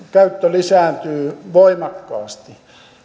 käyttö lisääntyy voimakkaasti